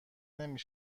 نمی